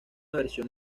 versión